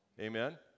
Amen